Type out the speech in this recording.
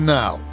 now